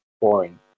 boring